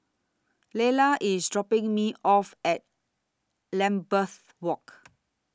Leyla IS dropping Me off At Lambeth Walk